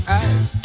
eyes